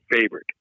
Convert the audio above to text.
favorite